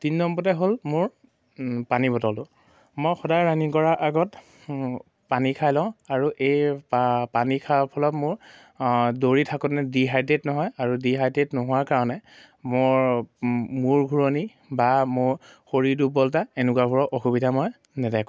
তিনি নম্বৰতে হ'ল মোৰ পানী বটলটো মই সদায় ৰানিং কৰাৰ আগত পানী খাই লওঁ আৰু এই পা পানী খোৱাৰ ফলত মোৰ দৌৰি থাকোঁতে ডিহাইড্ৰেট নহয় আৰু ডিহাইড্ৰেট নোহোৱাৰ কাৰণে মোৰ মোৰ ঘূৰণি বা মোৰ শৰীৰ দুৰ্বলতা এনেকুৱাবোৰৰ অসুবিধা মই নেদেখোঁ